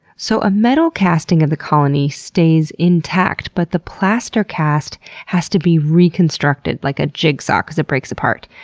so a metal casting of the colony stays intact but the plaster cast has to be reconstructed like a jigsaw because it breaks apart.